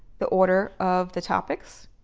the order of the topics.